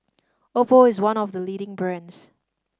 Oppo is one of the leading brands